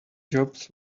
jobs